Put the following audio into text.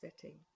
setting